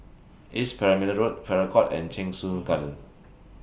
East Perimeter Road Farrer Court and Cheng Soon Garden